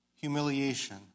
humiliation